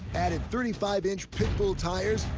added thirty five inch pit bull tires,